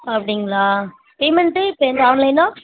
அப்படிங்களா பேமெண்ட்டு இப்போ என்ன ஆன்லைனா